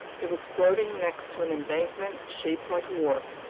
it was floating next to an embankment shaped like a wharf.